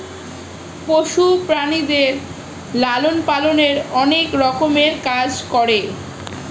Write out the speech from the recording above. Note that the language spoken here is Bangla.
পশু প্রাণীদের লালন পালনে অনেক রকমের কাজ করে